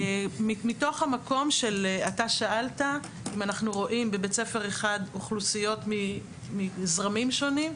אתה שאלת אם אנחנו רואים בבית ספר אחד אוכלוסיות מזרמים שונים,